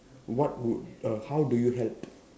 what would uh how do you help